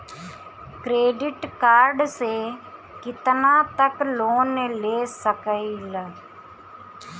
Credit card से कितना तक लोन ले सकईल?